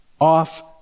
off